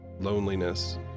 loneliness